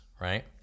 right